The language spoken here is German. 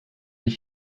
ich